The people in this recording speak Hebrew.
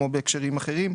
כמו בהקשרים אחרים,